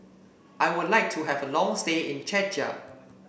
I would like to have a long stay in Czechia